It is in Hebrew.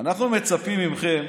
אנחנו מצפים מכם,